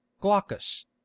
glaucus